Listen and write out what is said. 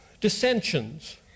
dissensions